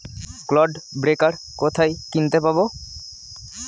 Clod breaker কোথায় কিনতে পাব?